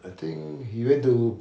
I think he went to